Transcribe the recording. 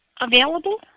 Available